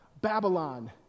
Babylon